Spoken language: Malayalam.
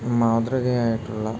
മാതൃകയായിട്ടുള്ള